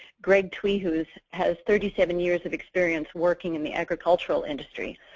gregg twehues has thirty seven years of experience working in the agricultural industry.